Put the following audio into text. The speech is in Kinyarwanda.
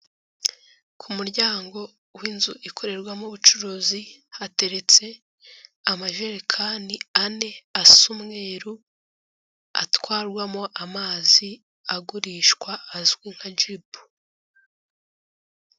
Ku muryango w'inzu ikorerwamo ubucuruzi, hateretse amajerekani ane asa umweru, atwarwamo amazi agurishwa azwi nka jibu.